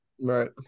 Right